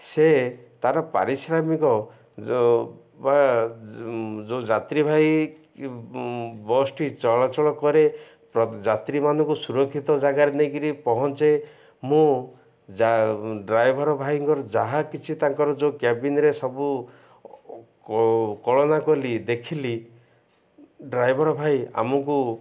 ସେ ତା'ର ପାରିଶ୍ରମିକ ଯ ବା ଯେଉଁ ଯାତ୍ରୀ ଭାଇ ବସ୍ଟି ଚଳାଚଳ କରେ ଯାତ୍ରୀମାନଙ୍କୁ ସୁରକ୍ଷିତ ଜାଗାରେ ନେଇକିରି ପହଞ୍ଚେ ମୁଁ ଯା ଡ୍ରାଇଭର୍ ଭାଇଙ୍କର ଯାହା କିଛି ତାଙ୍କର ଯେଉଁ କ୍ୟାବିିନ୍ରେ ସବୁ କଳନା କଲି ଦେଖିଲି ଡ୍ରାଇଭର୍ ଭାଇ ଆମକୁ